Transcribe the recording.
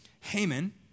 Haman